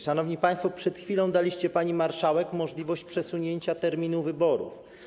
Szanowni państwo, przed chwilą daliście pani marszałek możliwość przesunięcia terminu wyborów.